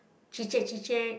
chit-chat chit-chat